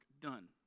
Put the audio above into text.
done